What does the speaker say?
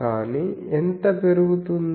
కానీ ఎంత పెరుగుతుంది